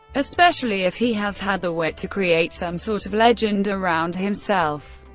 especially if he has had the wit to create some sort of legend around himself.